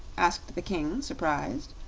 asked the king, surprised.